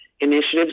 initiatives